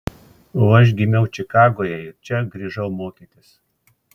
o aš gimiau čikagoje ir čia grįžau mokytis